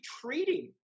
treating